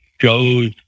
shows